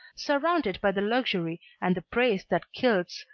surrounded by the luxury and the praise that kills,